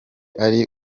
ari